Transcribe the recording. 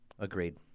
Agreed